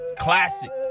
classic